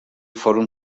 fòrum